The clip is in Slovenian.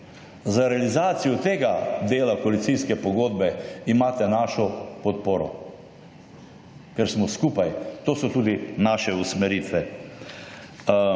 Za realizacijo tega dela koalicijske pogodbe imate našo podporo, ker smo skupaj. To so tudi naše usmeritve.